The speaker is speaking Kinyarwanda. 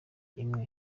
imwe